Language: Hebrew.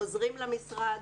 חוזרים למשרד,